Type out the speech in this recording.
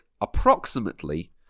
approximately